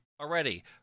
Already